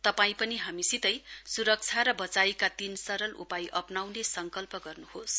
तपाई पनि हामीसितै सुरक्षा र बचाइका तीन सरल उपाय अप्राउने संकल्प गर्नुहोस